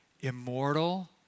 immortal